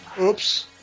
Oops